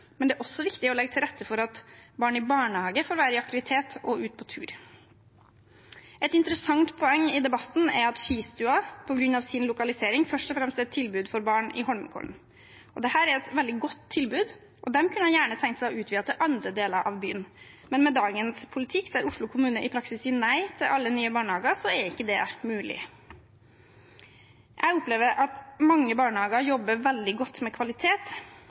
men det er også viktig å legge til rette for at barn i barnehage får være i aktivitet og ute på tur. Et interessant poeng i debatten er at Skistua, på grunn av sin lokalisering, først og fremst er et tilbud for barn i Holmenkollen. Det er et veldig godt tilbud, og de kunne gjerne tenkt seg å utvide til andre deler av byen, men med dagens politikk, der Oslo kommune i praksis sier nei til alle nye barnehager, er ikke det mulig. Jeg opplever at mange barnehager jobber veldig godt med kvalitet,